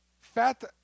fat